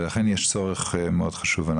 ולכן יש צורך מאד חשוב.